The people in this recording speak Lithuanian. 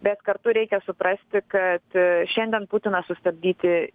bet kartu reikia suprasti kad šiandien putiną sustabdyti